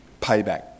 payback